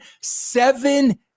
Seven